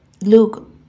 Look